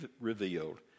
revealed